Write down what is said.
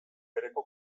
bereko